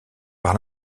par